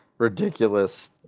ridiculous